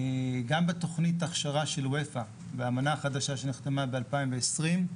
גם בתוכנית ההכשרה של אופ"א והאמנה החדשה שנחתמה ב-2020,